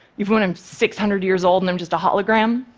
even when i'm six hundred years old and i'm just a hologram.